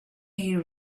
you